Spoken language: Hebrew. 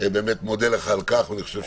מודה לך על כך.